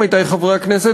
עמיתי חברי הכנסת,